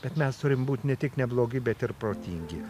bet mes turim būt ne tik neblogi bet ir protingi